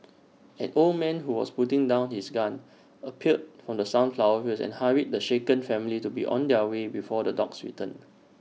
an old man who was putting down his gun appeared from the sunflower fields and hurried the shaken family to be on their way before the dogs return